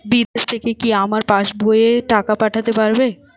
বিদেশ থেকে কি আমার পাশবইয়ে টাকা পাঠাতে পারবে?